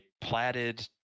platted